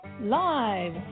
Live